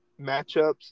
matchups